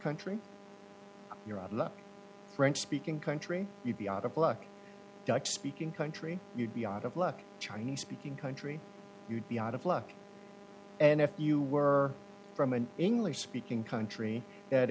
the french speaking country you'd be out of luck doc speaking country you'd be out of luck chinese speaking country you'd be out of luck and if you were from an english speaking country that